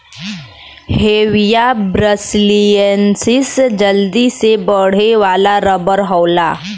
Hevea brasiliensis जल्दी से बढ़े वाला रबर होला